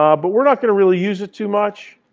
ah but we're not going to really use it too much.